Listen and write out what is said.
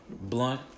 blunt